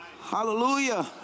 Hallelujah